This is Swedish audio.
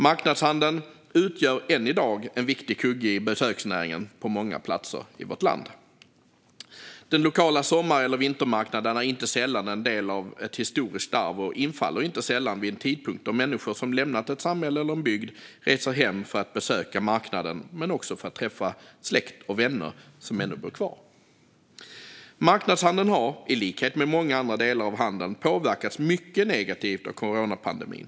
Marknadshandeln utgör än i dag en viktig kugge i besöksnäringen på många platser i vårt land. Den lokala sommarmarknaden eller vintermarknaden är inte sällan en del av ett historiskt arv och infaller inte sällan vid en tidpunkt då människor som lämnat ett samhälle eller en bygd reser hem för att träffa släkt och vänner som ännu bor kvar. Då kan de också besöka marknaden. Marknadshandeln har, i likhet med många andra delar av handeln, påverkats mycket negativt av coronapandemin.